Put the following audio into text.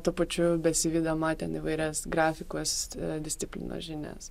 tuo pačiu besivydama ten įvairias grafikos disciplinos žinias